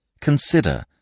Consider